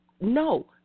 no